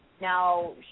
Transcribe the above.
now